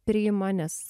priima nes